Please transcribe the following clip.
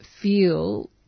feel